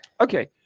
okay